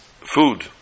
food